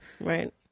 Right